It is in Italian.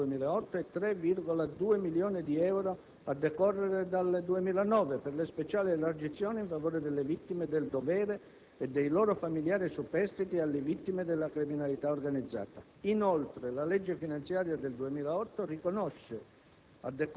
per l'anno 2007, 2,72 milioni di euro per l'anno 2008 e 3,2 milioni di euro a decorrere dal 2009, per le speciali elargizioni in favore delle vittime del dovere e dei loro familiari superstiti e alle vittime della criminalità organizzata.